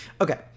okay